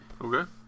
Okay